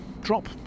drop